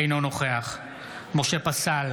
אינו נוכח משה פסל,